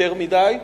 יותר מדי זמן,